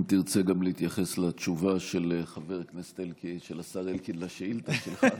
אם תרצה גם להתייחס לתשובה של השר אלקין על השאילתה שלך,